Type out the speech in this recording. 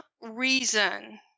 reason